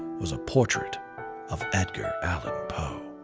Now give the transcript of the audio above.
was a portrait of edgar allan poe.